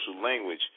language